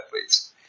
athletes